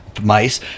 mice